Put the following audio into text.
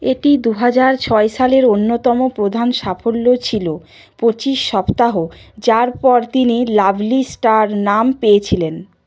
এটি দু হাজার ছয় সালের অন্যতম প্রধান সাফল্য ছিলো পঁচিশ সপ্তাহ যার পর তিনি লাভলি স্টার নাম পেয়েছিলেন